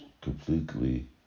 completely